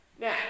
Now